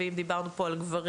ואם דיברנו פה על גברים,